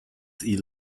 eel